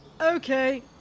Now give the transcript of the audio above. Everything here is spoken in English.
Okay